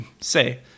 say